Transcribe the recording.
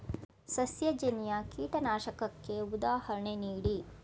ಸಸ್ಯಜನ್ಯ ಕೀಟನಾಶಕಕ್ಕೆ ಉದಾಹರಣೆ ನೀಡಿ?